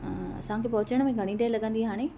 असांखे पहुचण में घणी देरि लॻंदी हाणे